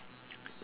,S>